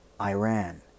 Iran